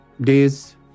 days